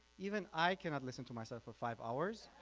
even i cannot listen to myself for five hours.